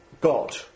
God